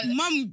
mom